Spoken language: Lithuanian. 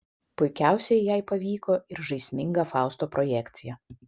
puikiausiai jai pavyko ir žaisminga fausto projekcija